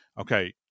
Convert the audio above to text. Okay